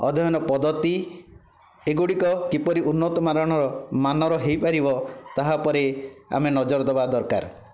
ଅଧ୍ୟୟନ ପଦ୍ଧତି ଏଗୁଡ଼ିକ କିପରି ଉନ୍ନତ ମାରଣର ମାନର ହୋଇପାରିବ ତାହା ଉପରେ ଆମେ ନଜର ଦେବା ଦରକାର